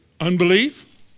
unbelief